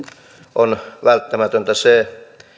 on välttämätöntä se